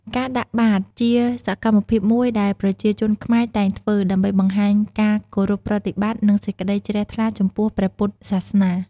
ការដាក់បាត ជាសម្មភាពមួយដែលប្រជាជនខ្មែរតែងធ្វើ ដើម្បីបង្ហាញការគោរពប្រតិបត្តិ និងសេចក្តីជ្រះថ្លាចំពោះព្រះពុទ្ធសាសនា។